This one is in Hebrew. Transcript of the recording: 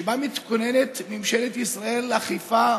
שבה מכוננת ממשלת ישראל אכיפה